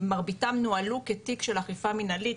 מרביתם נוהלו כתיק של אכיפה מנהלית,